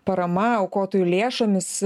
parama aukotojų lėšomis